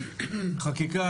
חקיקה,